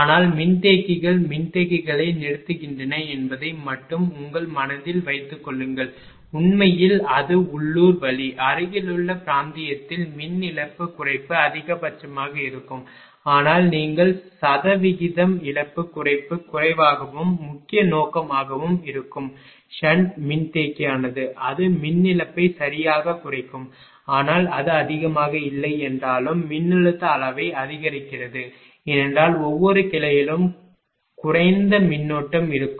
ஆனால் மின்தேக்கிகள் மின்தேக்கிகளை நிறுத்துகின்றன என்பதை மட்டும் உங்கள் மனதில் வைத்துக்கொள்ளுங்கள் உண்மையில் அது உள்ளூர் வழி அருகிலுள்ள பிராந்தியத்தில் மின் இழப்பு குறைப்பு அதிகபட்சமாக இருக்கும் ஆனால் நீங்கள் சதவிகிதம் இழப்பு குறைப்பு குறைவாகவும் முக்கிய நோக்கமாகவும் இருக்கும் ஷன்ட் மின்தேக்கியானது அது மின் இழப்பை சரியாகக் குறைக்கும் ஆனால் அது அதிகமாக இல்லை என்றாலும் மின்னழுத்த அளவை அதிகரிக்கிறது ஏனென்றால் ஒவ்வொரு கிளையிலும் குறைந்த மின்னோட்டம் இருக்கும்